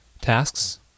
tasks